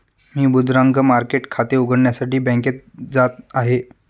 मी मुद्रांक मार्केट खाते उघडण्यासाठी बँकेत जात आहे